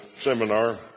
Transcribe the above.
seminar